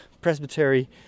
presbytery